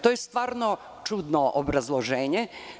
To je stvarno čudno obrazloženje.